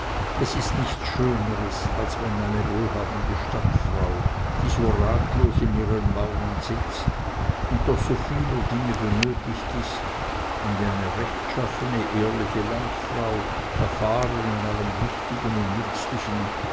es ist nichts schöneres als wenn eine wohlhabende stadtfrau die so ratlos in ihren mauern sitzt und doch so vieler dinge benötigt ist und eine rechtschaffene ehrliche landfrau erfahren in allem wichtigen und nützlichen